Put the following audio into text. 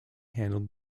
handled